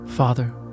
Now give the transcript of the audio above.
Father